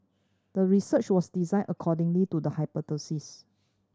the research was designed accordingly to the hypothesis